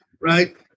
right